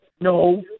No